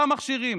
אותם מכשירים,